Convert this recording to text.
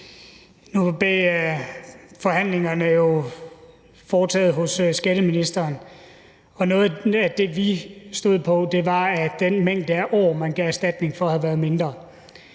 Nu blev forhandlingerne jo foretaget hos skatteministeren, og noget af det, vi stod på, var, at den mængde af år, man gav erstatning for, havde været mindre.